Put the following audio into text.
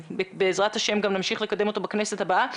ובעזרת השם גם נמשיך לקדם אותו בכנסת הבאה.